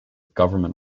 government